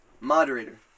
moderator